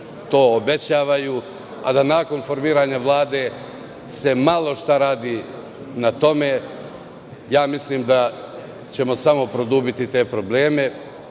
to obećavaju, a da nakon formiranja vlade se malo šta radi na tome. Mislim da ćemo samo produbiti te probleme